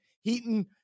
Heaton